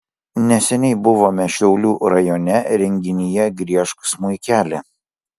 neseniai buvome šiaulių rajone renginyje griežk smuikeli